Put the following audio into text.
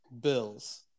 Bills